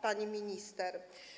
Pani Minister!